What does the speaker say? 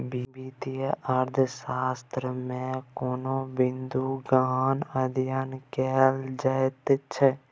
वित्तीय अर्थशास्त्रमे कोनो बिंदूक गहन अध्ययन कएल जाइत छै